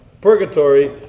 purgatory